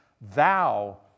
Thou